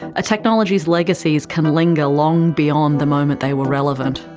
a technology's legacies can linger long beyond the moment they were relevant.